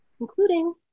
including